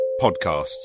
podcasts